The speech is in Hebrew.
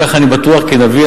בכך אני בטוח כי נביא,